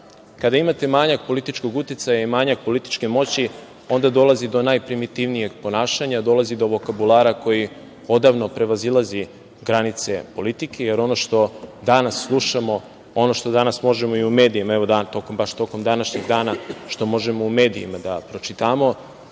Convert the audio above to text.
kada imate manjak političkog uticaja i manjak političke moći, onda dolazi do najprimitivnijeg ponašanja, dolazi do vokabulara koji odavno prevazilazi granice politike, jer ono što danas slušamo, ono što danas možemo i u medijima, baš tokom današnjeg dana, da pročitamo,